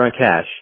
cash